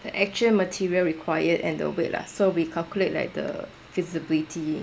the actual material required and the weight lah so we calculate like the feasibility